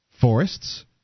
forests